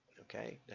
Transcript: Okay